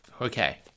Okay